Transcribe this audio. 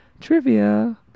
trivia